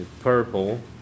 purple